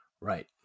Right